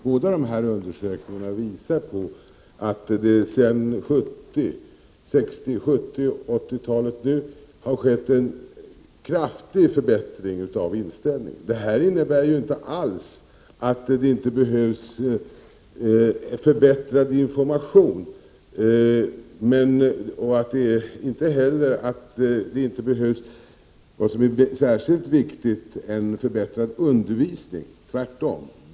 Båda dessa undersökningar visar att det har skett en kraftig förbättring av inställningen under de senaste årtiondena. Detta innebär inte att det inte skulle behövas förbättrad information och, vad som är särskilt viktigt, förbättrad undervisning — tvärtom.